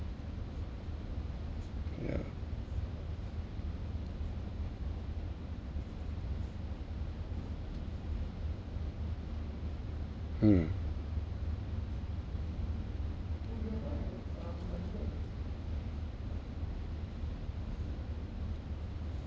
yeah hmm